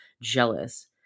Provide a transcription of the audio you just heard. Jealous